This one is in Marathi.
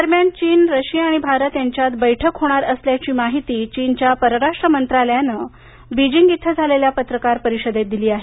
दरम्यान चीन रशिया आणि भारत यांच्यात बैठक होणार असल्याची माहिती चीनच्या परराष्ट्र मंत्रालयानं बीजिंग इथं झालेल्या पत्रकार परिषदेत दिली आहे